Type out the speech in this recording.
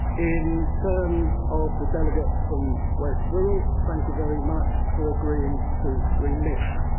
in terms of the delegate from west wirral. thank you very much for agreeing to remit.